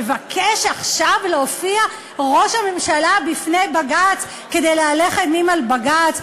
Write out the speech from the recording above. מבקש עכשיו ראש הממשלה להופיע בפני בג"ץ כדי להלך אימים על בג"ץ.